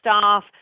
staff